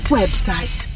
website